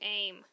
aim